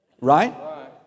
Right